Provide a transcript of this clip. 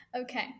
Okay